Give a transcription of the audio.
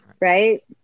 Right